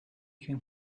can